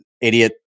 idiot